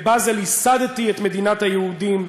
"בבאזל ייסדתי את מדינת היהודים.